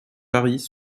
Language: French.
paris